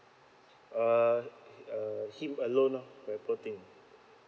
uh err him alone loh very poor thing